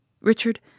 Richard